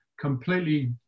completely